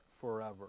forever